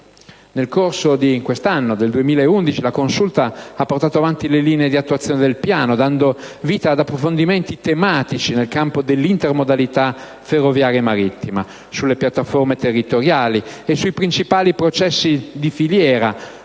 Nel corso del 2011, la Consulta ha portato avanti le linee di attuazione del Piano, dando vita ad approfondimenti tematici nel campo dell'intermodalità ferroviaria e marittima, sulle piattaforme territoriali e sui principali processi di filiera